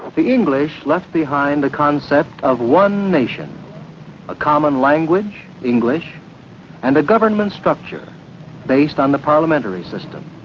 the english left behind the concept of one nation a common language english and a government structure based on the parliamentary system.